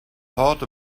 thought